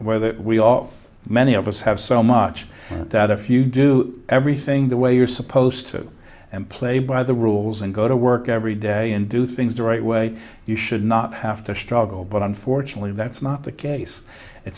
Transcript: that we all many of us have so much that if you do everything the way you're supposed to and play by the rules and go to work every day and do things the right way you should not have to struggle but unfortunately that's not the case it